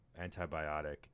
antibiotic